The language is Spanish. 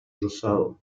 rosado